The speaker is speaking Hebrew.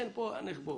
רבותיי,